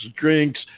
drinks